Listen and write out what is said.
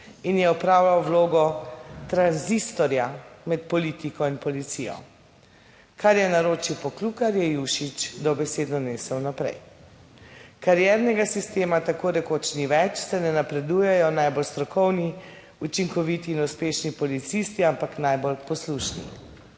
in je opravljal vlogo tranzistorja med politiko in policijo, kar je naročil Poklukar, je Juršič dobesedno nesel naprej. Kariernega sistema tako rekoč ni več, saj ne napredujejo najbolj strokovni, učinkoviti in uspešni policisti, ampak najbolj poslušni.